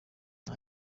nta